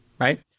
right